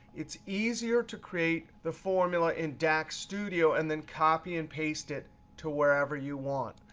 it's easier to create the formula in dax studio and then copy and paste it to wherever you want.